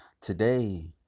today